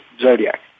Zodiac